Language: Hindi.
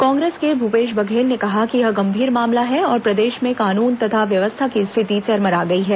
कांग्रेस के भूपेश बघेल ने कहा कि यह गंभीर मामला है और प्रदेश में कानून तथा व्यवस्था की स्थिति चरमरा गई है